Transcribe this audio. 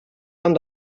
aan